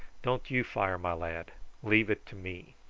don't you fire, my lad leave it to me.